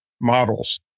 models